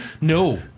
No